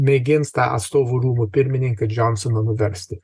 mėgins tą atstovų rūmų pirmininką džonsoną nuversti